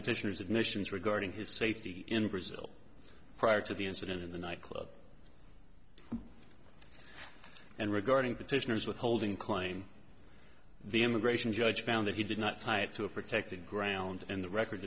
admissions regarding his safety in brazil prior to the incident in the nightclub and regarding petitioners withholding klein the immigration judge found that he did not tie it to a protected ground and the record